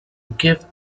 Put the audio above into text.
give